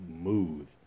smooth